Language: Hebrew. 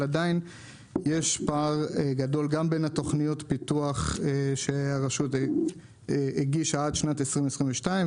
אבל עדיין יש פער גדול גם בין תוכניות הפיתוח שהרשות הגישה עד שנת 2022,